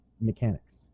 mechanics